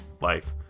life